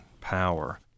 power